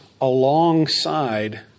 alongside